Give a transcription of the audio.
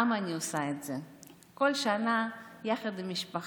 למה אני עושה את זה כל שנה, יחד עם המשפחה?